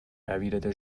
erwidert